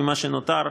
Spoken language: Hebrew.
ממה שנותר,